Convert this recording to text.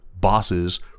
bosses